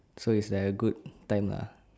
so it's very good time lah